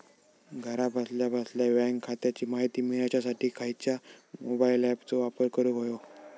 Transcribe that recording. घरा बसल्या बसल्या बँक खात्याची माहिती मिळाच्यासाठी खायच्या मोबाईल ॲपाचो वापर करूक होयो?